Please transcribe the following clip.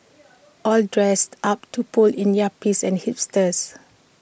all dressed up to pull in yuppies and hipsters